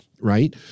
Right